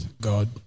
God